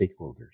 stakeholders